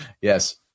Yes